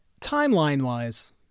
timeline-wise